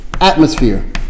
Atmosphere